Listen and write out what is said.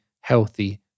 healthy